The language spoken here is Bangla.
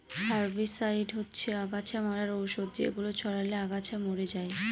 হার্বিসাইড হচ্ছে অগাছা মারার ঔষধ যেগুলো ছড়ালে আগাছা মরে যায়